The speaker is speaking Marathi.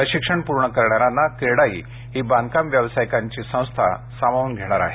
प्रशिक्षण पूर्ण करणाऱ्यांना क्रेडाई ही बांधकाम व्यावसायिकांची संस्था सामावून घेणार आहे